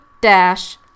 dash